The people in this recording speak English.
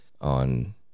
on